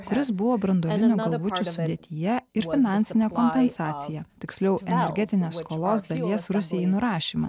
kuris buvo branduolinių galvučių sudėtyje ir finansinę kompensaciją tiksliau energetinės skolos dalies rusijai nurašymą